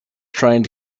trying